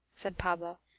said pablo.